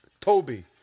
Toby